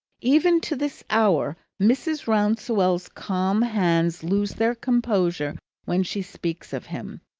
even to this hour, mrs. rouncewell's calm hands lose their composure when she speaks of him,